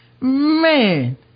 Man